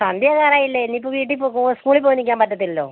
സന്ധ്യ ആകാറായില്ലേ ഇനി ഇപ്പം വീട്ടിൽ പൊക്കോ സ്കൂളിൽ പോയി നിൽക്കാൻ പറ്റത്തില്ലല്ലോ